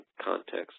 context